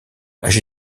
âgé